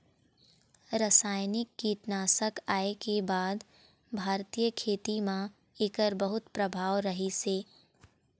रासायनिक कीटनाशक आए के बाद भारतीय खेती म एकर बहुत प्रभाव रहीसे